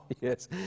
yes